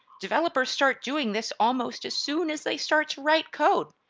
developers start doing this almost as soon as they start to write code,